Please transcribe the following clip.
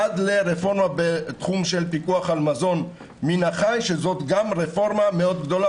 עד לרפורמה בתחום של פיקוח על מזון מן החי שזאת גם רפורמה מאוד גדולה